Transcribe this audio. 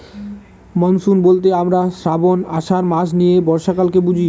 monsoon বলতে আমরা শ্রাবন, আষাঢ় মাস নিয়ে বর্ষাকালকে বুঝি